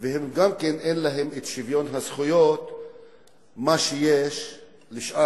ואין להם שוויון הזכויות שיש לשאר